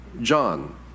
John